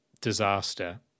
disaster